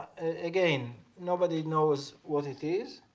again nobody knows what it is.